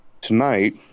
Tonight